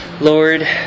Lord